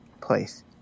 place